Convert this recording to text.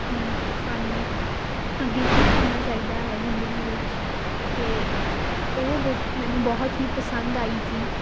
ਕਿ ਸਾਨੂੰ ਅੱਗੇ ਕੀ ਕਰਨਾ ਚਾਹੀਦਾ ਹੈ ਜਿੰਦਗੀ ਵਿੱਚ ਅਤੇ ਉਹ ਬੁੱਕ ਮੈਨੂੰ ਬਹੁਤ ਹੀ ਪਸੰਦ ਆਈ ਸੀ